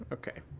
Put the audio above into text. ok.